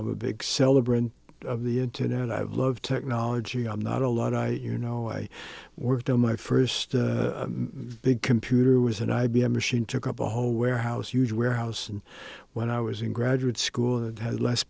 i'm a big celebrant of the internet i've loved technology i'm not a lot i you know i worked on my first big computer was an i b m machine took up a whole warehouse huge warehouse and when i was in graduate school it had less